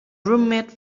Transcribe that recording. roommate